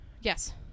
Yes